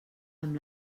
amb